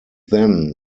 then